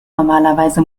normalerweise